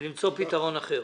ולמצוא פתרון אחר.